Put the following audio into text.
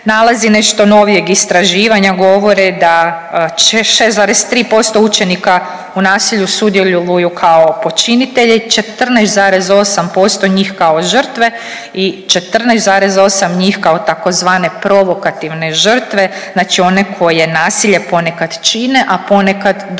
Nalazi nešto novijeg istraživanja govore da 6,3% učenika u nasilju sudjeluju kao počinitelji, 14,8% njih kao žrtve i 14,8 njih kao tzv. provokativne žrtve, znači one koje nasilje ponekad čine, a ponekad